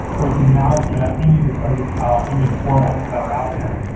or you can mount yeah any of the forensic image formats that are out there.